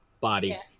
body